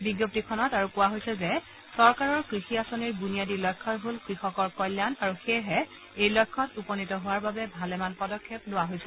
বিজ্ঞপ্তিখনত আৰু কোৱা হৈছে যে চৰকাৰৰ কৃষি আঁচনি বুনিয়াদী লক্ষাই হল কৃষকৰ কল্যাণ আৰু সেয়েহে এই লক্ষ্যত উপনীত হোৱাৰ বাবে ভালেমান পদক্ষেপ লোৱা হৈছে